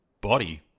body